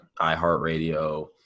iHeartRadio